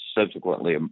subsequently